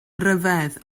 ryfedd